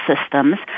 systems